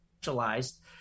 specialized